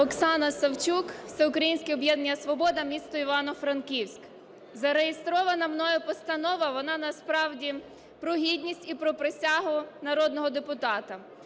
Оксана Савчук, Всеукраїнське об'єднання "Свобода", місто Івано-Франківськ. Зареєстрована мною постанова, вона насправді про гідність і про присягу народного депутата.